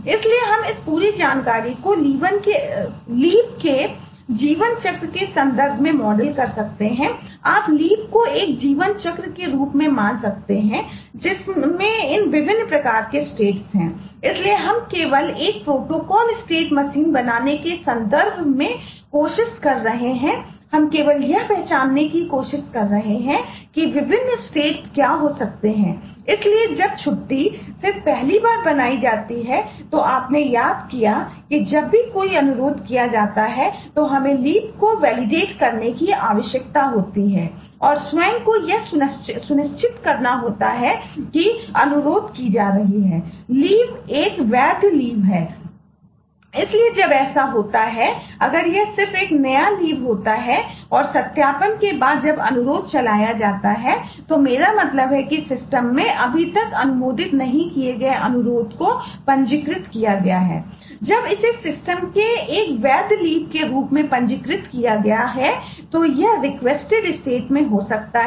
इसलिए हम केवल एक प्रोटोकॉल स्टेट मशीन में अभी तक अनुमोदित नहीं किए गए अनुरोध को पंजीकृत किया गया है